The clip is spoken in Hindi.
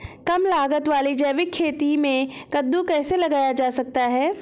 कम लागत वाली जैविक खेती में कद्दू कैसे लगाया जा सकता है?